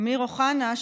אמיר אוחנה,